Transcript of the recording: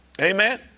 Amen